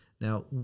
Now